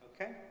Okay